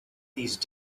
these